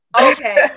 Okay